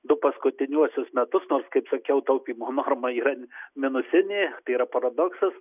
du paskutiniuosius metus nors kaip sakiau taupymo norma yra minusinė tai yra paradoksas